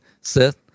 Seth